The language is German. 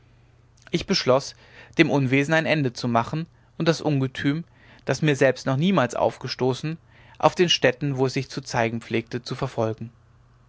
ich beschloß dem unwesen ein ende zu machen und das ungetüm das mir selbst noch niemals aufgestoßen auf den stätten wo es sich zu zeigen pflegte zu verfolgen